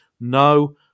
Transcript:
no